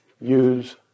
use